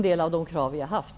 Har vi fått igenom det?